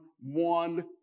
one